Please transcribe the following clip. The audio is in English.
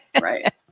Right